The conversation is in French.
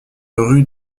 rue